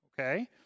Okay